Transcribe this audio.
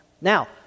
Now